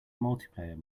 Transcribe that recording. multiplayer